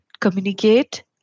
communicate